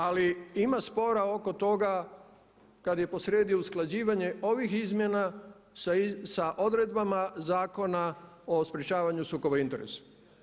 Ali ima spora oko toga kada je posrijedi usklađivanje ovih izmjena sa odredbama Zakona o sprječavanju sukoba interesa.